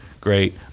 great